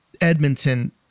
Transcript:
Edmonton